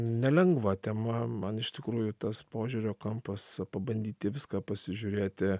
nelengva tema man iš tikrųjų tas požiūrio kampas pabandyt į viską pasižiūrėti